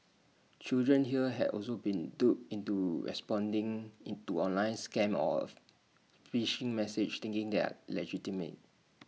children here have also been duped into responding into online scams of phishing message thinking that legitimate